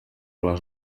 les